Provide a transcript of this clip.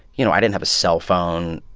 you know, i didn't have a cellphone.